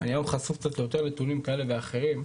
אני היום חשוף קצת ליותר נתונים כאלה ואחרים,